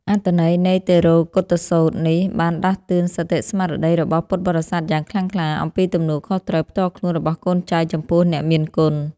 អត្ថន័យនៃតិរោកុឌ្ឍសូត្រនេះ បានដាស់តឿនសតិស្មារតីរបស់ពុទ្ធបរិស័ទយ៉ាងខ្លាំងក្លា អំពីទំនួលខុសត្រូវផ្ទាល់ខ្លួនរបស់កូនចៅចំពោះអ្នកមានគុណ។